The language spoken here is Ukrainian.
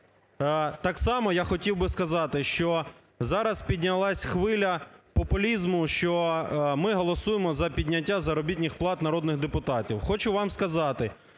Так само я хотів би сказати, що зараз піднялась хвиля популізму, що ми голосуємо за підняття заробітних плат народних депутатів.